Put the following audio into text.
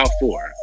four